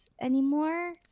anymore